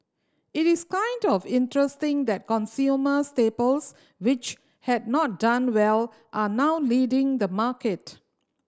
it is kind of interesting that consumer staples which had not done well are now leading the market